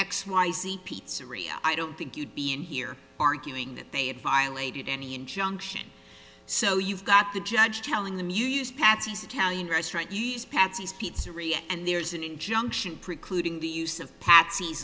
x y z pizzeria i don't think you'd be in here arguing that they have violated any injunction so you've got the judge telling them you use patsy's italian restaurant you use patsy's pizzeria and there's an injunction precluding the use